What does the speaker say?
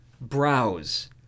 Browse